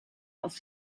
auf